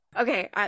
Okay